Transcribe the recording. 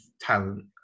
talent